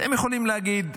אתם יכולים להגיד: